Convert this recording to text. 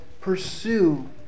pursue